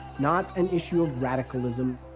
not an issue of radicalism.